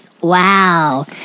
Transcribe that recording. Wow